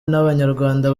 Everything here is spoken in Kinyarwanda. n’abanyarwanda